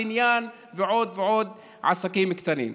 בניין ועוד ועוד עסקים קטנים.